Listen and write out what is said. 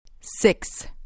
Six